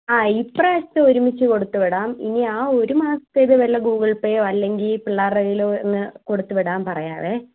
ആ ഈ പ്രാവശ്യത്തെ ഒരുമിച്ചു കൊടുത്തുവിടാം ഇനി ആ ഒരുമാസത്തേത് വല്ല ഗൂഗിൾ പേയോ അല്ലെങ്കിൽ പിള്ളേരുടെ കൈയിലോ ഒന്ന് കൊടുത്തുവിടാൻ പറയാം